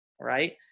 right